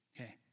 okay